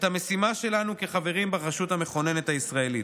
את המשימה שלנו כחברים ברשות המכוננת הישראלית.